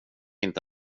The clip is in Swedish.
inte